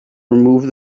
removed